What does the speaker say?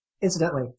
Incidentally